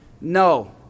No